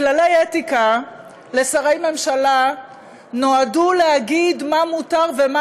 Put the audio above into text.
כללי אתיקה לשרי ממשלה נועדו להגיד מה מותר ומה